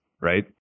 right